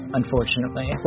unfortunately